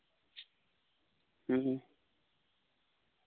ᱦᱩᱸ